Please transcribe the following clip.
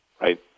right